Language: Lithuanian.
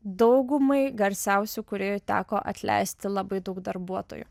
daugumai garsiausių kūrėjų teko atleisti labai daug darbuotojų